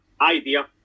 idea